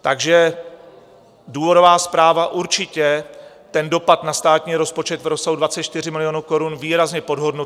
Takže důvodová zpráva určitě ten dopad na státní rozpočet v rozsahu 24 milionů korun výrazně podhodnocuje.